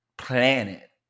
planet